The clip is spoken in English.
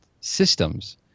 systems